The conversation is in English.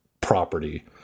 property